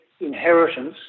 inheritance